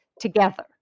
together